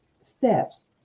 steps